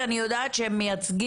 כי אני יודעת שהם מייצגים...